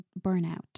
burnout